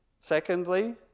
Secondly